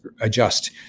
adjust